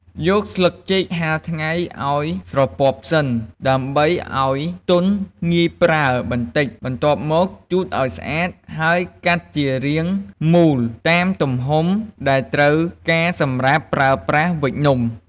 យកស្លឹកចេកហាលថ្ងៃឱ្យស្រពាប់សិន ដើម្បីឱ្យទន់ងាយប្រើបន្តិច បន្ទាប់មកជូតឱ្យស្អាតហើយកាត់ជារាងមូលតាមទំហំដែលត្រូវការសម្រាប់ប្រើប្រាស់វេចនំ។